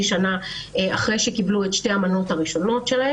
שנה אחרי שהיא קיבלה את שתי המנות הראשונות.